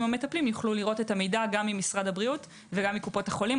המטפלים יוכלו לראות את המידע גם ממשרד הבריאות וגם מקופות החולים.